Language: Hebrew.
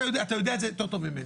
אתה יודע את זה יותר טוב ממני.